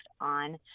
on